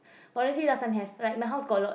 honestly last time have like in the house got a lot